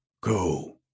Go